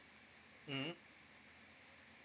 mmhmm